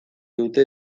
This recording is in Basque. dute